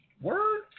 Word